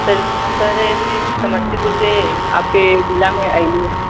कह रहे कि समस्तीपुर से आपके जिलामे अयली